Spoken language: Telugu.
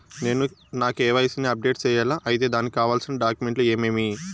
నేను నా కె.వై.సి ని అప్డేట్ సేయాలా? అయితే దానికి కావాల్సిన డాక్యుమెంట్లు ఏమేమీ?